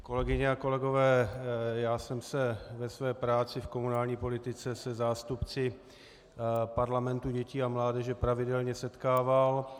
Kolegyně a kolegové, já jsem se ve své práci v komunální politice se zástupci parlamentu dětí a mládeže pravidelně setkával.